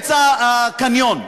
באמצע הקניון.